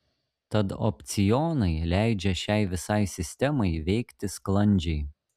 tad opcionai leidžia šiai visai sistemai veikti sklandžiai